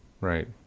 Right